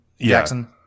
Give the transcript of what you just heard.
Jackson